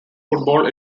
football